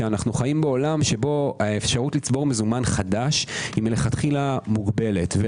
שאנו חיים בעולם שבו האפשרות לצבור מזומן חדש היא לכתחילה מוגבלת כי